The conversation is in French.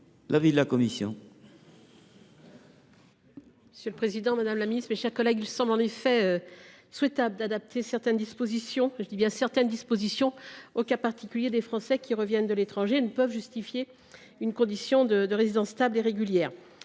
l’avis de la commission